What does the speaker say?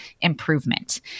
improvement